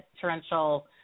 torrential